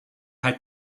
had